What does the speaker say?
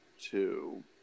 two